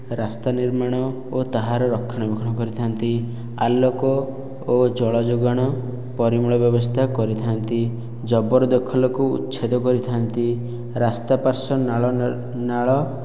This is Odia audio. ରାସ୍ତା ନିର୍ମାଣ ଓ ତାହାର ରକ୍ଷଣାବେକ୍ଷଣ କରିଥାନ୍ତି ଆଲୋକ ଓ ଜଳ ଯୋଗାଣ ପରିମଳ ବ୍ୟବସ୍ଥା କରିଥାନ୍ତି ଜବରଦଖଲ କୁ ଉଛେଦ କରିଥାନ୍ତି ରାସ୍ତା ପାର୍ଶ୍ୱ ନାଳ ନାଳ